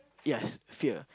yes fear